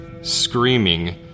screaming